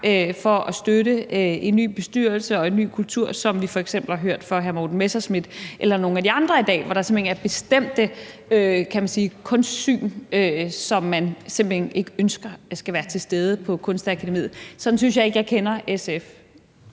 for at støtte en ny bestyrelse og en ny kultur, som vi f.eks. har hørt fra hr. Morten Messerschmidt eller nogle af de andre i dag, hvor der er bestemte, kan man sige, kunstsyn, som man simpelt hen ikke ønsker skal være til stede på Kunstakademiet. Sådan synes jeg ikke jeg kender SF.